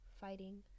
fighting